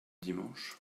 dimanche